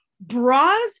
bras